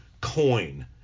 coin